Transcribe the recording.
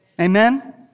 Amen